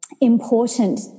important